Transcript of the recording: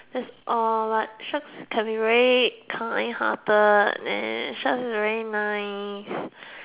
that's all but sharks can be very kind hearted and sharks very nice